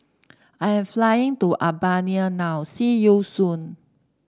I am flying to Albania now see you soon